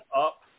up